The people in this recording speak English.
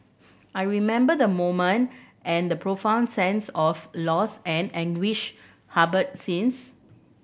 I remember the moment and the profound sense of loss and anguish harboured since